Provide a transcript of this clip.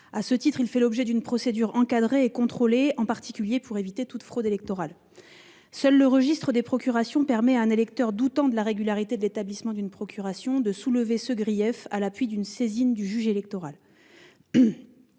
À ce titre, il fait l'objet d'une procédure encadrée et contrôlée, en particulier pour éviter toute fraude électorale. Dans ce cadre, seul le registre des procurations permet à un électeur doutant de la régularité de l'établissement d'une procuration de soulever ce grief à l'appui d'une saisine du juge électoral.